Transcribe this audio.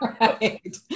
Right